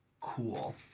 Cool